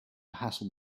hassle